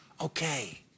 Okay